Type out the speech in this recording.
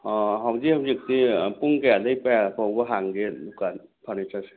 ꯑꯥ ꯍꯧꯖꯤꯛ ꯍꯧꯖꯤꯛꯇꯤ ꯄꯨꯡ ꯀꯌꯥꯗꯩ ꯀꯌꯥ ꯐꯥꯎꯕ ꯍꯥꯡꯒꯦ ꯗꯨꯀꯥꯟ ꯐꯔꯅꯤꯆꯔꯁꯦ